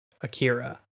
Akira